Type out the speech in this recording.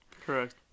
Correct